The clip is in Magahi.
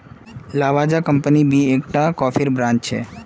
लावाजा कम्पनी भी एक टा कोफीर ब्रांड छे